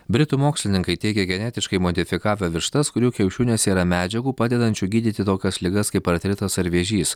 britų mokslininkai teigia genetiškai modifikavę vištas kurių kiaušiniuose yra medžiagų padedančių gydyti tokias ligas kaip artritas ar vėžys